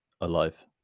alive